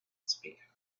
speaker